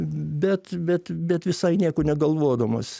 bet bet bet visai nieko negalvodamas